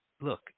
look